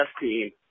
team